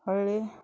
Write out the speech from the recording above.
ಹೊಳ್ಳಿ